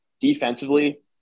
Defensively